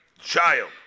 child